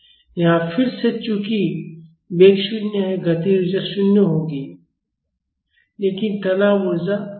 यहाँ फिर से चूंकि वेग 0 है गतिज ऊर्जा 0 होगी लेकिन तनाव ऊर्जा अधिकतम होगी